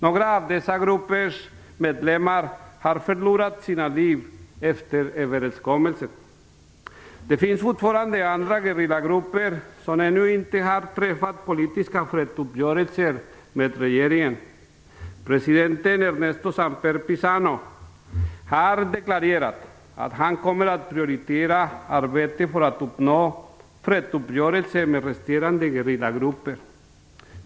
Några av gruppernas medlemmar har förlorat sina liv efter överenskommelsen. Det finns fortfarande andra gerillagrupper som ännu inte har träffat politiska fredsuppgörelser med regeringen. Presidenten Ernesto Samper Pizano har deklarerat att han kommer att priorietera arbetet för att uppnå fredsuppgörelser med resterande gerillagrupper.